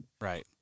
Right